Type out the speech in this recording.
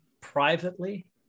privately